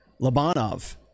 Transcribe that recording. Labanov